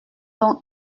donc